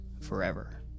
forever